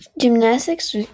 Gymnastics